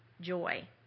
joy